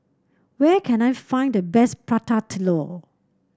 where can I find the best Prata Telur